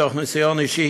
מתוך ניסיון אישי.